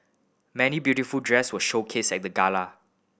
many beautiful dress were showcased at the gala